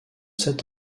sept